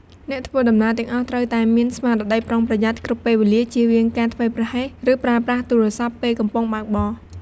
អ្នកធ្វើដំណើរទាំងអស់ត្រូវតែ មានស្មារតីប្រុងប្រយ័ត្ន គ្រប់ពេលវេលា ចៀសវាងការធ្វេសប្រហែស ឬប្រើប្រាស់ទូរស័ព្ទពេលកំពុងបើកបរ។